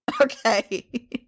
Okay